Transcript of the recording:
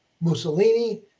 Mussolini